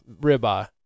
ribeye